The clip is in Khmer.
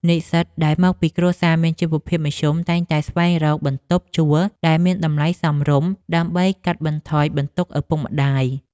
និស្សិតដែលមកពីគ្រួសារមានជីវភាពមធ្យមតែងតែស្វែងរកបន្ទប់ជួលដែលមានតម្លៃសមរម្យ ដើម្បីកាត់បន្ថយបន្ទុកឪពុកម្តាយ។